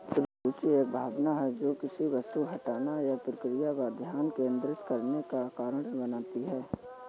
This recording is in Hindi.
रूचि एक भावना है जो किसी वस्तु घटना या प्रक्रिया पर ध्यान केंद्रित करने का कारण बनती है